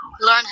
learn